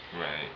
Right